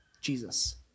Jesus